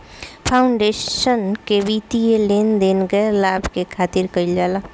foundation के वित्तीय लेन देन गैर लाभ के खातिर कईल जाला